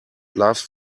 loves